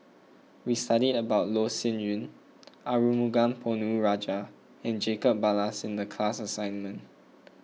we studied about Loh Sin Yun Arumugam Ponnu Rajah and Jacob Ballas in the class assignment